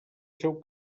seu